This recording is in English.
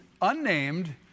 unnamed